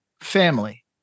family